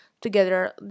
together